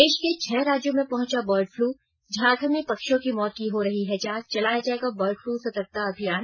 देश के छह राज्यों में पहुंचा बर्ड फ़लू झारखण्ड में पक्षियों की मौत की हो रही है जांच चलाया त् जाएगा बर्ड फ्लू सर्तकता अभियान